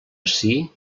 ací